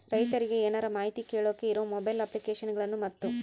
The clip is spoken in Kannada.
ರೈತರಿಗೆ ಏನರ ಮಾಹಿತಿ ಕೇಳೋಕೆ ಇರೋ ಮೊಬೈಲ್ ಅಪ್ಲಿಕೇಶನ್ ಗಳನ್ನು ಮತ್ತು?